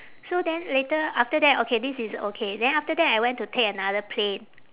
so then later after that okay this is okay then after that I went to take another plane